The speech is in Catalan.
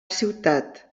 ciutat